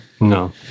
no